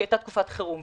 שהייתה תקופת חירום.